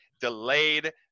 delayed